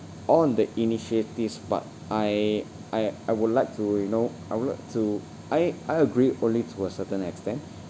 on the initiatives but I I I would like to you know I would like to I I agree only to a certain extent